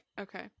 Okay